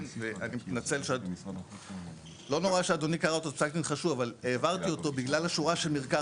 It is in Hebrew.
וגם על זה היה לנו הליך וגם שם --- מה זה פלוס 4%?